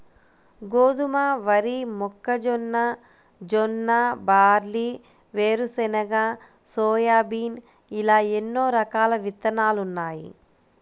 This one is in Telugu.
గోధుమ, వరి, మొక్కజొన్న, జొన్న, బార్లీ, వేరుశెనగ, సోయాబీన్ ఇలా ఎన్నో రకాల విత్తనాలున్నాయి